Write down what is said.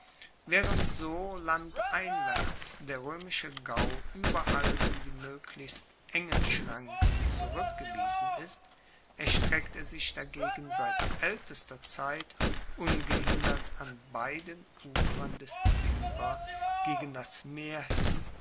waehrend so landeinwaerts der roemische gau ueberall in die moeglichst engen schranken zurueckgewiesen ist erstreckt er sich dagegen seit aeltester zeit ungehindert an beiden ufern des tiber gegen das meer hin